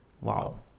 Wow